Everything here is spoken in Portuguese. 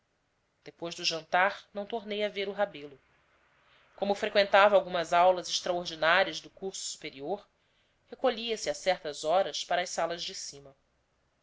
depois do jantar não tornei a ver o rebelo como freqüentava algumas aulas extraordinárias do curso superior recolhia-se a certas horas para as salas de cima